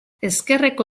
ezkerreko